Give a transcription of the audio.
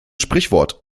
sprichwort